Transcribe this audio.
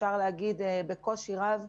בקושי רב,